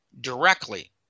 directly